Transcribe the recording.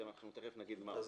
שאנחנו תכף נגיד מה הוא.